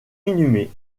inhumé